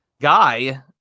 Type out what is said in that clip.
guy